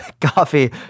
coffee